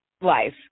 life